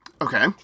Okay